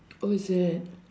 oh is it